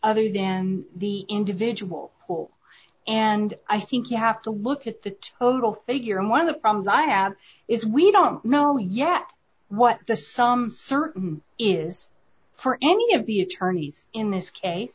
other than the individual poll and i think you have to look at the total failure in one of the problems i have is we don't know yet what the some certain is for any of the attorneys in this case